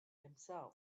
himself